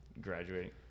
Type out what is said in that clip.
graduating